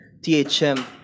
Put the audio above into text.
THM